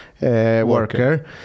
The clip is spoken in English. worker